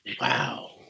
Wow